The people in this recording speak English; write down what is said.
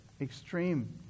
extreme